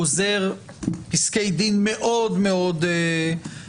גוזר פסקי דין מאוד מחמירים.